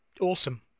awesome